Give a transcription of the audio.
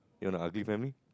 you want a ugly family